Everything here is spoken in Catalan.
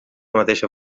mateixa